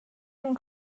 ein